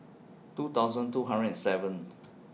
two thousand two hundred and seventh